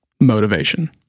motivation